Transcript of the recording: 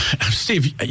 Steve